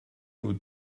nous